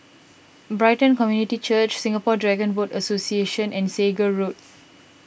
Brighton Community Church Singapore Dragon Boat Association and Segar Road